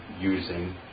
using